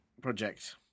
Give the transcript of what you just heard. project